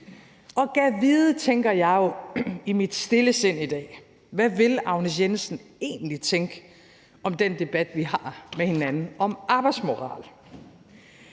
Gad vide, tænker jeg jo i mit stille sind i dag, hvad Agnes Jensen egentlig ville tænke om den debat, vi har med hinanden om arbejdsmoral.